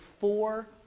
four